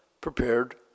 prepared